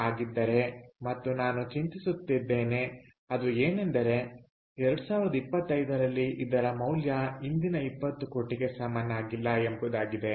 ಆಗಿದೆ ಮತ್ತು ನಾನು ಚಿಂತಿಸುತ್ತಿದ್ದೇನೆ ಅದು ಏನೆಂದರೆ 2025 ರಲ್ಲಿ ಇದರ ಮೌಲ್ಯ ಇಂದಿನ 20 ಕೋಟಿಗೆ ಸಮನಾಗಿಲ್ಲ ಎಂಬುದಾಗಿದೆ